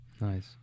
Nice